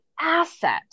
asset